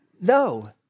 No